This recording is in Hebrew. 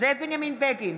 זאב בנימין בגין,